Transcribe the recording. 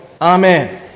Amen